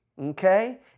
okay